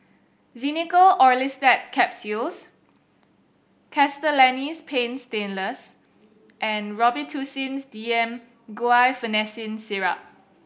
Xenical Orlistat Capsules Castellani's Paint Stainless and Robitussin's D M Guaiphenesin Syrup